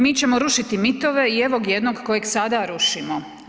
Mi ćemo rušiti mitove i evo jednog kojeg sada rušimo.